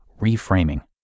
reframing